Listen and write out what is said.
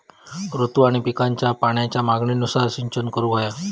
ऋतू आणि पिकांच्या पाण्याच्या मागणीनुसार सिंचन करूक व्हया